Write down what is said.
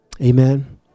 Amen